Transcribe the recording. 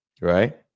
right